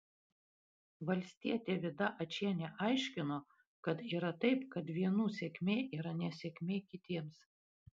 valstietė vida ačienė aiškino kad yra taip kad vienų sėkmė yra nesėkmė kitiems